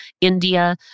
India